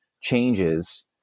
changes